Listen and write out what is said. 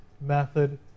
method